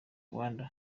rwanda